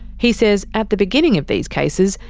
he says at the beginning of these cases,